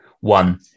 one